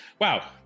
Wow